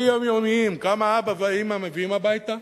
הכי יומיומיים: כמה האבא והאמא מביאים הביתה,